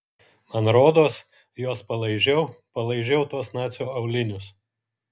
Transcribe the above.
man rodos juos palaižiau palaižiau tuos nacio aulinius